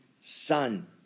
Son